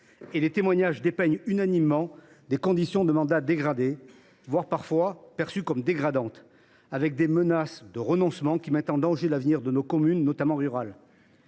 les témoignages reflètent des conditions de mandat dégradées, voire perçues comme dégradantes ; les menaces de renoncement mettent en danger l’avenir de nos communes, notamment rurales.